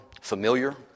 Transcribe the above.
familiar